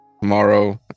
tomorrow